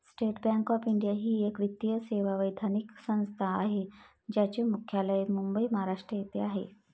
state bank of India ही एक वित्तीय सेवा वैधानिक संस्था आहे ज्याचे मुख्यालय मुंबई, महाराष्ट्र येथे आहे